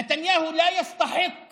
נתניהו אינו ראוי